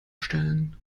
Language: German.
stellen